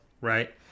right